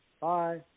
Bye